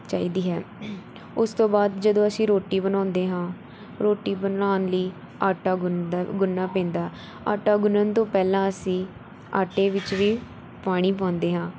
ਚਾਹੀਦੀ ਹੈ ਉਸ ਤੋਂ ਬਾਅਦ ਜਦੋਂ ਅਸੀਂ ਰੋਟੀ ਬਣਾਉਂਦੇ ਹਾਂ ਰੋਟੀ ਬਣਾਉਣ ਲਈ ਆਟਾ ਗੁੰਦਾ ਗੁੰਨ੍ਹਣਾ ਪੈਂਦਾ ਆਟਾ ਗੁੰਨ੍ਹਣ ਤੋਂ ਪਹਿਲਾਂ ਅਸੀਂ ਆਟੇ ਵਿੱਚ ਵੀ ਪਾਣੀ ਪਾਉਂਦੇ ਹਾਂ